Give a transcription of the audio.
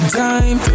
time